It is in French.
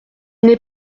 n’est